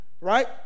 right